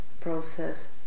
process